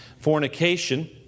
fornication